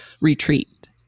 retreat